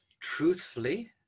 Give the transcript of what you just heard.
truthfully